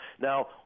Now